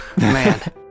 Man